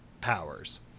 powers